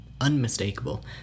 unmistakable